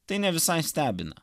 tai ne visai stebina